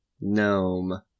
gnome